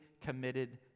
committed